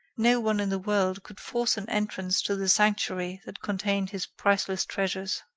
no one in the world could force an entrance to the sanctuary that contained his priceless treasures.